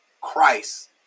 Christ